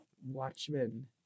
Watchmen